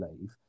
leave